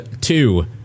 two